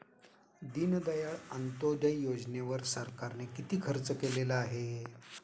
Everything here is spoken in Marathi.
दीनदयाळ अंत्योदय योजनेवर सरकारने किती खर्च केलेला आहे?